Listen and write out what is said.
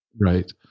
Right